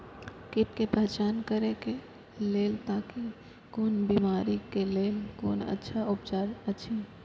कीट के पहचान करे के लेल ताकि कोन बिमारी के लेल कोन अच्छा उपचार अछि?